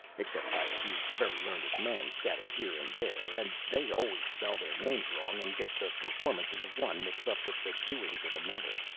except by a few very learned men scattered here and there and they always spell their names wrong, and get the performances of one mixed up with the doings of another,